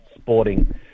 sporting